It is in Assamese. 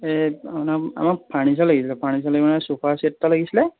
এই আমাক ফাৰ্নিচাৰ লাগিছিলে ফাৰ্নিচাৰ লাগিব মানে চোফা চেট এটা লাগিছিলে